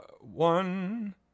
one